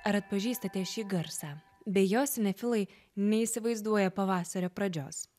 ar atpažįstate šį garsą be jos nefilai neįsivaizduoja pavasario pradžios